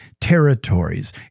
territories